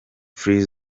free